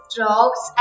rocks